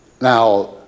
Now